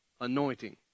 anointing